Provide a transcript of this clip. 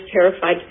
terrified